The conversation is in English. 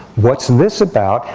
what's this about?